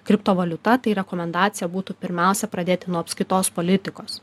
kriptovaliuta tai rekomendacija būtų pirmiausia pradėti nuo apskaitos politikos